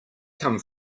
come